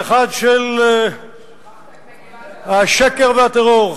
האחד של השקר והטרור.